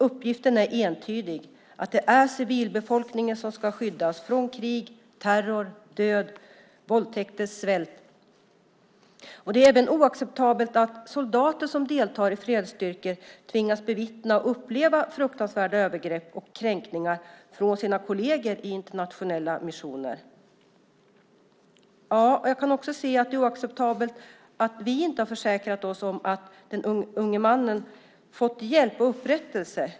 Uppgiften är entydig; det är civilbefolkningen som ska skyddas från krig, terror, våldtäkter och svält. Det är även oacceptabelt att soldater som deltar i fredsstyrkor tvingas bevittna och uppleva fruktansvärda övergrepp och kränkningar från sina kollegor i internationella missioner. Det är också oacceptabelt att vi inte har försäkrat oss om att den unge mannen har fått hjälp och upprättelse.